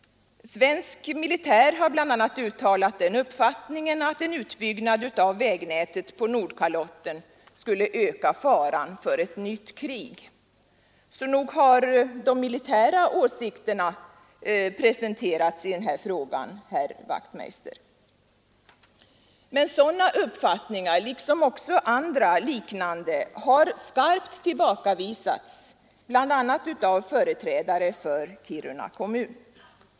Svensk militär har bl.a. uttalat den uppfattningen att en utbyggnad av vägnätet på Nordkalotten skulle öka faran för ett nytt krig. Nog har de militära åsikterna presenterats i den här frågan, herr Wachtmeister i Johannishus! Men sådana uppfattningar — liksom andra, liknande — har skarpt tillbakavisats, bl.a. av företrädare för Kiruna kommun.